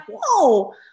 whoa